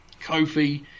Kofi